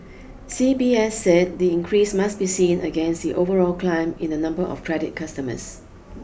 C B S said the increase must be seen against the overall climb in the number of credit customers